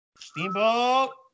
Steamboat